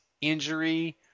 injury